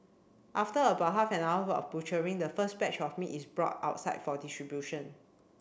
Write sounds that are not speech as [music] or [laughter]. after about half an hour [unintelligible] butchering the first batch of meat is brought outside for distribution